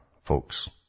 folks